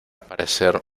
parecer